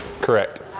Correct